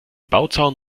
bauzaun